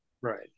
Right